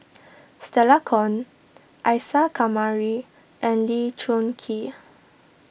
Stella Kon Isa Kamari and Lee Choon Kee